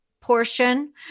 portion